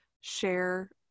share